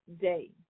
day